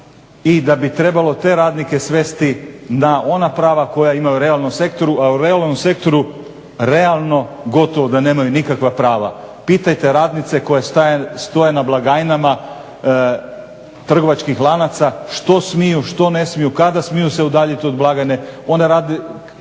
i da bi trebalo te radnike svesti na ona prava koja imaju u realnom sektoru. A u realnom sektoru realno gotovo da nemaju nikakva prava. Pitajte radnice koje stoje na blagajnama trgovačkih lanaca što smiju, što ne smiju, kada smiju se udaljiti od blagajne.